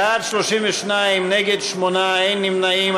בעד, 32, נגד, 8, אין נמנעים.